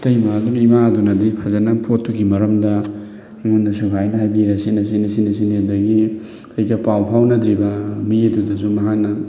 ꯏꯇꯩꯃ ꯑꯗꯨꯅ ꯏꯃꯥ ꯑꯗꯨꯅꯗꯤ ꯐꯖꯅ ꯄꯣꯠꯇꯨꯒꯤ ꯃꯔꯝꯗ ꯑꯩꯉꯣꯟꯗ ꯁꯨꯃꯥꯏꯅ ꯍꯥꯏꯕꯤꯔꯦ ꯁꯤꯅ ꯁꯤꯅꯤ ꯁꯤꯅ ꯁꯤꯅꯤ ꯑꯗꯒꯤ ꯑꯩꯁꯦ ꯄꯥꯎ ꯐꯥꯎꯅꯗ꯭ꯔꯤꯕ ꯃꯤ ꯑꯗꯨꯗꯁꯨ ꯃꯍꯥꯛꯅ